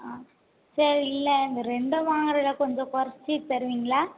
ஆ சரி இல்லை இந்த ரெண்டும் வாங்கிறன கொஞ்சம் குறச்சி தருவீங்களா